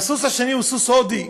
והסוס השני הוא סוס הודי,